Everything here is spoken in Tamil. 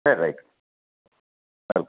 சரி ரைட்டு